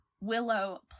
Willow